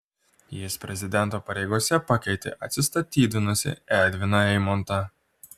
jis prezidento pareigose pakeitė atsistatydinusį edviną eimontą